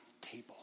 table